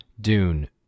Dune